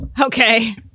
okay